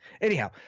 Anyhow